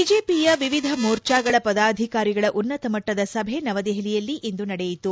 ಬಿಜೆಪಿಯ ವಿವಿಧ ಮೋರ್ಚಾಗಳ ಪದಾಧಿಕಾರಿಗಳ ಉನ್ನತಮಟ್ಟದ ಸಭೆ ನವದೆಹಲಿಯಲ್ಲಿಂದು ನಡೆಯಿತು